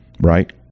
Right